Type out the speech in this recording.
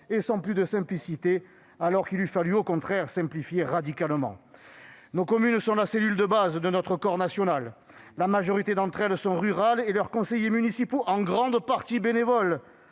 ni sans plus de simplicité, alors qu'il eut fallu, au contraire, simplifier radicalement. Nos communes sont la cellule de base de notre corps national. La majorité d'entre elles sont rurales et leurs conseillers municipaux en grande partie bénévoles.